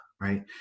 right